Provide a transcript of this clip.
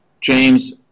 James